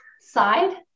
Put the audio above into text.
side